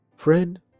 Friend